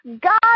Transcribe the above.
God